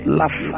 laugh